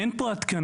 אין פה התקנה,